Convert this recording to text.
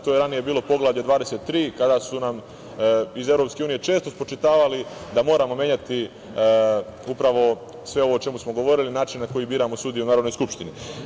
To je ranije bilo Poglavlje 23, kada su nam iz Evropske unije često spočitavali da moramo menjati upravo sve ovo o čemu smo govorili, način na koji biramo sudije u Narodnoj skupštini.